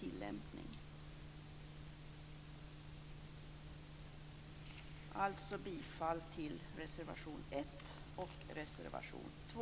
Jag yrkar bifall till reservation 1 och reservation 2.